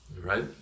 right